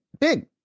big